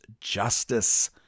justice